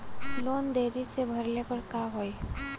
Loan देरी से भरले पर का होई?